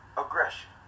aggression